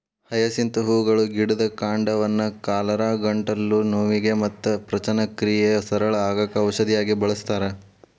hyacinth ಹೂಗಳ ಗಿಡದ ಕಾಂಡವನ್ನ ಕಾಲರಾ, ಗಂಟಲು ನೋವಿಗೆ ಮತ್ತ ಪಚನಕ್ರಿಯೆ ಸರಳ ಆಗಾಕ ಔಷಧಿಯಾಗಿ ಬಳಸ್ತಾರ